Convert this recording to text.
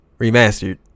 Remastered